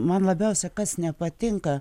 man labiausiai kas nepatinka